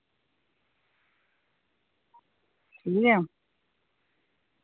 ठीक ऐ